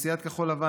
סיעת כחול לבן,